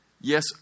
Yes